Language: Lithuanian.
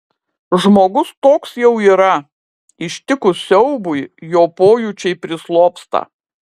žmogus toks jau yra ištikus siaubui jo pojūčiai prislopsta